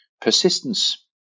persistence